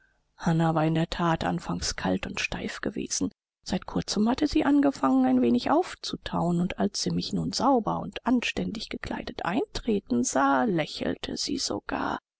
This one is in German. war in der that anfangs kalt und steif gewesen seit kurzem hatte sie angefangen ein wenig aufzutauen und als sie mich nun sauber und anständig gekleidet eintreten sah lächelte sie sogar